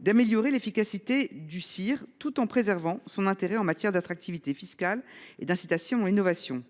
d’améliorer l’efficacité du CIR tout en préservant son intérêt en matière d’attractivité fiscale et d’incitation à l’innovation.